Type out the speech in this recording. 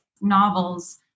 novels